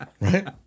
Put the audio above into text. Right